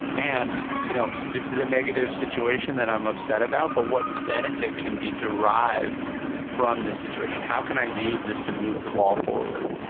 and you know this is a negative situation that i am upset about, but what benefit can be derived from this situation? how can i use this to move the ball forward?